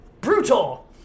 Brutal